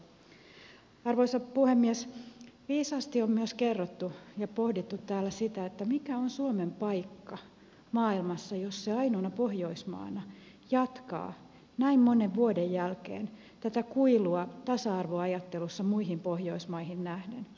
viisaasti on pohdittu täällä myös sitä mikä on suomen paikka maailmassa jos se ainoana pohjoismaana jatkaa näin monen vuoden jälkeen tätä kuilua tasa arvoajattelussa muihin pohjoismaihin nähden